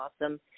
awesome